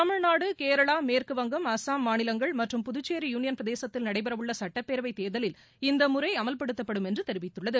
தமிழ்நாடு கேரளா மேற்குவங்கும் அஸ்ஸாம் மாநிலங்கள் மற்றும் புதுச்சேரி யுனியன் பிரதேசத்தில் நடைபெறவுள்ள சட்டப்பேரவைத் தேர்தலில் இந்த முறை அமல்படுத்தப்படும் என்று தெரிவித்துள்ளது